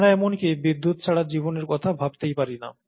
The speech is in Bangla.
আমরা এমনকি বিদ্যুৎ ছাড়া জীবনের কথা ভাবতেই পারি না